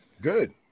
Good